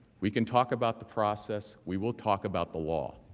we can talk about the process, we will talk about the law.